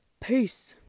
Peace